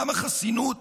גם החסינות